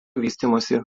vystymosi